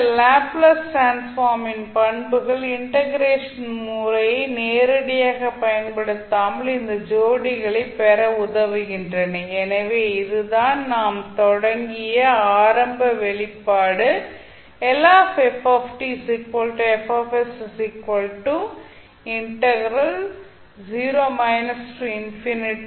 இந்த Laplace transform ன் பண்புகள் இண்டெகரேஷன் முறையை நேரடியாகப் பயன்படுத்தாமல் இந்த ஜோடிகளைப் பெற உதவுகின்றன எனவே இதுதான் நாம் தொடங்கிய ஆரம்ப வெளிப்பாடு ஆகும்